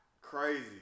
Crazy